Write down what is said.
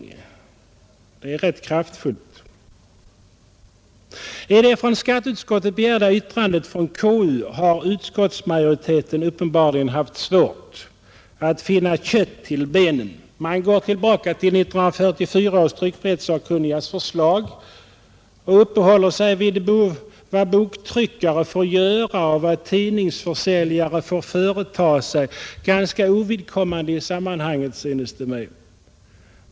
Det är rätt kraftfullt. I det av skatteutskottet begärda yttrandet från konstitutionsutskottet har majoriteten uppenbarligen haft svårt att finna kött till benen. Man går tillbaka till 1944 års tryckfrihetssakkunnigas förslag och uppehåller sig vid vad boktryckare får göra och vad tidningsförsäljare får företa sig — ganska ovidkommande i sammanhanget, synes det mig.